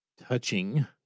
touching